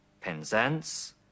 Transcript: Penzance